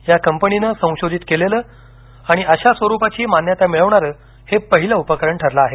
या कंपनीनं संशोधित केलेलं आणि अशा स्वरूपाची मान्यता मिळवणारे हे पहिले उपकरण ठरले आहे